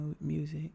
music